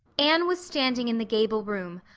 anne was standing in the gable room,